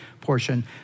portion